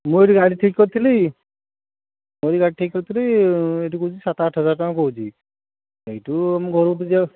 ମୁଁ ଏଠି ଗାଡ଼ି ଠିକ୍ କରିଥିଲି ଗାଡ଼ି ଠିକ୍ କରିଥିଲି ଏଠି କହୁଛି ସାତ ଆଠ ହଜାର ଟଙ୍କା କହୁଛି ଏଇଠୁ ଆମ ଘରକୁ ଯିବା